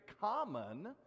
common